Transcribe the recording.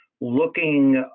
looking